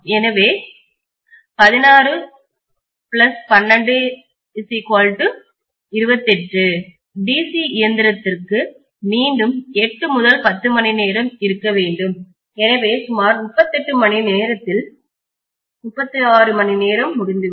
எனவே 16 12 28 DC இயந்திரத்திற்குச் மீண்டும் 8 முதல் 10 மணிநேரம் இருக்க வேண்டும் எனவே சுமார் 38 மணிநேரத்தில் 36 மணி நேரம் இதில் முடிந்துவிடும்